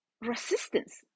resistance